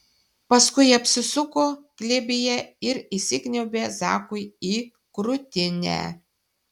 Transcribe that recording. paskui apsisuko glėbyje ir įsikniaubė zakui į krūtinę